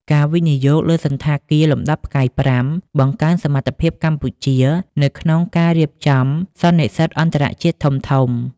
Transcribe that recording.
ការវិនិយោគលើសណ្ឋាគារលំដាប់ផ្កាយប្រាំ បង្កើនសមត្ថភាពកម្ពុជានៅក្នុងការរៀបចំសន្និសីទអន្តរជាតិធំៗ។